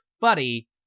buddy